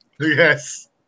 Yes